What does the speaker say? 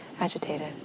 agitated